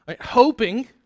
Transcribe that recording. hoping